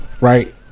Right